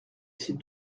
ces